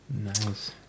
nice